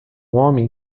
homem